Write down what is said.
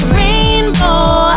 rainbow